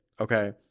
okay